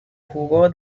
jugó